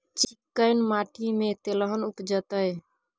चिक्कैन माटी में तेलहन उपजतै?